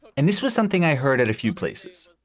and this was something i heard at a few places.